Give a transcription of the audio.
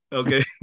okay